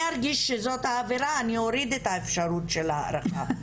אם אני ארגיש שזאת האווירה אני אוריד את האפשרות של ההארכה,